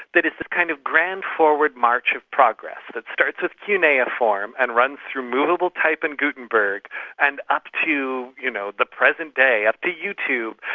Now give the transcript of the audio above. that it's a kind of grand forward march of progress that starts at cuneiform and runs through movable type and guttenberg and up to you know the present day, up to youtube,